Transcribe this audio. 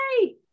Yay